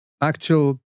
actual